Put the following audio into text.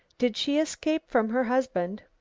did she escape from her husband?